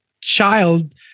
child